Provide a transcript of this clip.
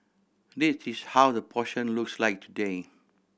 this is how that portion looks like today